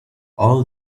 all